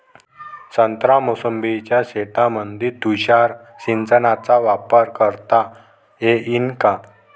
संत्रा मोसंबीच्या शेतामंदी तुषार सिंचनचा वापर करता येईन का?